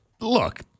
Look